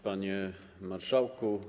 Panie Marszałku!